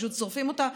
פשוט שורפים אותה,